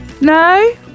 No